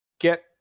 get